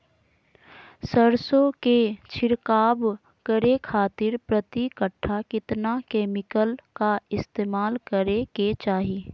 सरसों के छिड़काव करे खातिर प्रति कट्ठा कितना केमिकल का इस्तेमाल करे के चाही?